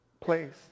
place